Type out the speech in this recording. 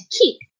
keep